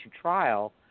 trial